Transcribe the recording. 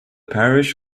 parish